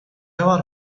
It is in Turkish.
var